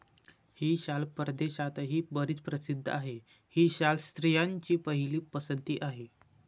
ही शाल परदेशातही बरीच प्रसिद्ध आहे, ही शाल स्त्रियांची पहिली पसंती आहे